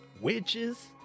witches